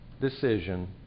decision